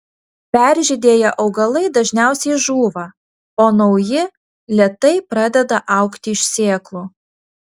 peržydėję augalai dažniausiai žūva o nauji lėtai pradeda augti iš sėklų